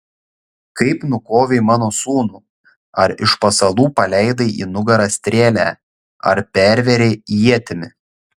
kaip nukovei mano sūnų ar iš pasalų paleidai į nugarą strėlę ar pervėrei ietimi